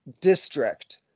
district